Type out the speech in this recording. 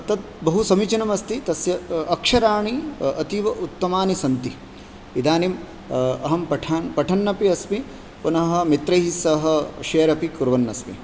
तत् बहुसमीचीनम् अस्ति तस्य अक्षराणि अतीव उत्तमानि सन्ति इदानीम् अहं पठान् पठन्नपि अस्मि पुनः मित्रैः सह शेर् अपि कुर्वन्नस्मि